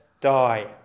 die